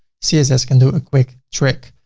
css can do a quick trick.